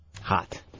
Hot